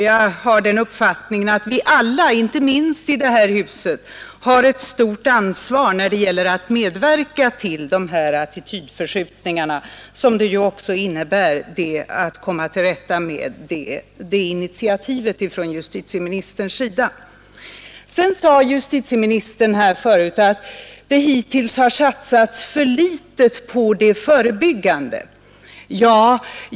Jag har den uppfattningen att vi alla inte minst i detta hus har ett stort ansvar när det gäller att medverka till de attitydförskjutningar som initiativet från justitieministerns sida innebär. Justitieministern sade vidare att det hittills har satsats för litet på den förebyggande verksamheten.